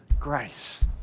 grace